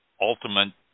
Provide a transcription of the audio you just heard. ultimate